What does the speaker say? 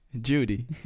Judy